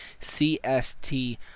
CST